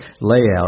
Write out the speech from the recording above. layout